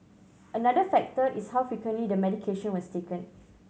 another factor is how frequently the medication was taken